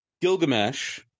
Gilgamesh